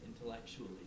intellectually